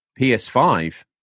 PS5